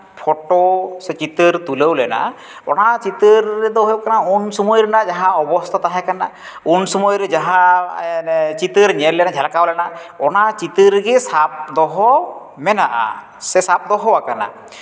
photo ᱥᱮ ᱪᱤᱛᱟᱹᱨ ᱛᱩᱞᱟᱹᱣ ᱞᱮᱱᱟ ᱚᱱᱟ ᱪᱤᱛᱟᱹᱨ ᱨᱮᱫᱚ ᱦᱩᱭᱩᱜ ᱠᱟᱱᱟ ᱩᱱ ᱥᱚᱢᱚᱭ ᱨᱮᱱᱟᱜ ᱡᱟᱦᱟᱸ ᱚᱵᱚᱥᱛᱷᱟ ᱛᱟᱦᱮᱸ ᱠᱟᱱᱟ ᱩᱱ ᱥᱚᱢᱚᱭ ᱨᱮ ᱡᱟᱦᱟᱸ ᱪᱤᱛᱟᱹᱨ ᱧᱮᱞ ᱞᱮᱱᱟ ᱡᱷᱟᱞᱠᱟᱣ ᱞᱮᱱᱟ ᱚᱱᱟ ᱪᱤᱛᱟᱹᱨ ᱜᱮ ᱥᱟᱵ ᱫᱚᱦᱚ ᱢᱮᱱᱟᱜᱼᱟ ᱥᱮ ᱥᱟᱵ ᱫᱚᱦᱚ ᱟᱠᱟᱱᱟ